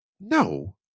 No